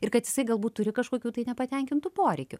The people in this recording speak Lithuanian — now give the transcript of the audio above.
ir kad jisai galbūt turi kažkokių tai nepatenkintų poreikių